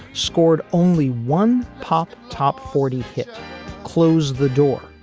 scored only one pop, top forty hit close the door,